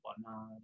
whatnot